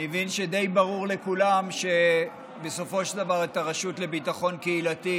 אני מבין שדי ברור לכולם שבסופו של דבר הרשות לביטחון קהילתי